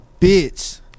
bitch